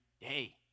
day